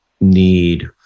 need